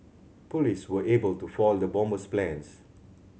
police were able to foil the bomber's plans